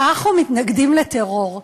אנחנו מתנגדים לטרור.